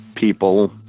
people